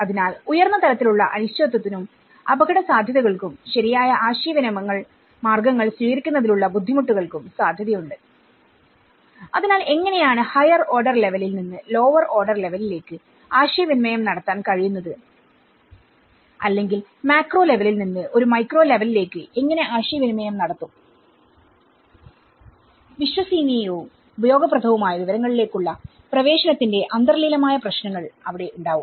അതിനാൽ ഉയർന്ന തലത്തിലുള്ള അനിശ്ചിതത്വത്തിനും അപകടസാധ്യതകൾക്കുംശരിയായ ആശയവിനിമയ മാർഗങ്ങൾ സ്വീകരിക്കുന്നതിലുള്ള ബുദ്ധിമുട്ടുകൾക്കും സാധ്യതയുണ്ട് അതിനാൽ എങ്ങനെയാണ് ഹയർ ഓർഡർ ലെവലിൽ നിന്ന് ലോവർ ഓർഡർ ലെവലിലേക്ക് ആശയവിനിമയം നടത്താൻ കഴിയുന്നത് അല്ലെങ്കിൽ മാക്രോ ലെവലിൽ നിന്ന് ഒരു മൈക്രോ ലെവലിലേക്ക് എങ്ങനെ ആശയവിനിമയം നടത്തും വിശ്വസനീയവും ഉപയോഗപ്രദവുമായ വിവരങ്ങളിലേക്കുള്ള പ്രവേശനത്തിന്റെ അന്തർലീനമായ പ്രശ്നങ്ങൾ അവിടെ ഉണ്ടാവും